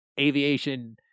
aviation